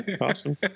awesome